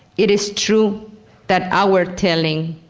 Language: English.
it is true that our telling,